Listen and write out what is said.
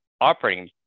operating